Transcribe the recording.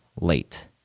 late